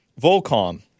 Volcom